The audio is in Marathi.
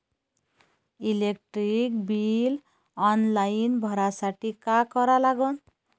इलेक्ट्रिक बिल ऑनलाईन भरासाठी का करा लागन?